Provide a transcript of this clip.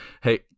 hey